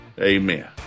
Amen